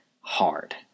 hard